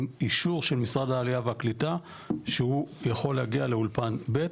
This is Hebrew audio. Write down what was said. עם אישור של משרד העלייה והקליטה שהוא יכול להגיע לאולפן ב'.